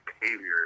Behavior